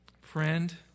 Friend